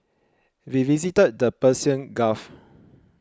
we visited the Persian Gulf